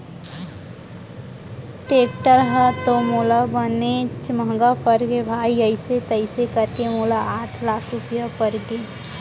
tractor ह तो मोला बनेच महँगा परगे भाई अइसे तइसे करके मोला आठ लाख रूपया परगे